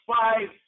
five